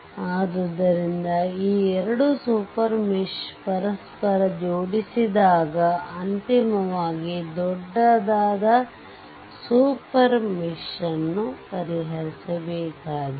ಆದ್ದರಿಂದ ಈ 2 super mesh ಪರಸ್ಪರ ಜೋಡಿಸಿದಾಗ ಅಂತಿಮವಾಗಿ ದೊಡ್ಡ ಸೂಪರ್ ಮೆಶ್ ಅನ್ನು ಪರಿಹರಿಸಬೇಕಾಗಿದೆ